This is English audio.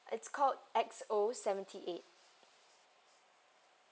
it's called X_O seventy eight